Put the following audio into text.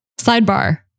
sidebar